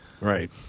Right